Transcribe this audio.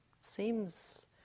seems